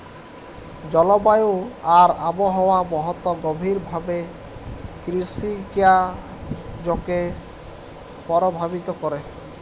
জলবায়ু আর আবহাওয়া বহুত গভীর ভাবে কিরসিকাজকে পরভাবিত ক্যরে